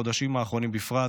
בחודשים האחרונים בפרט,